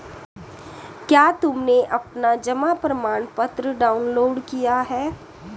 क्या तुमने अपना जमा प्रमाणपत्र डाउनलोड किया है?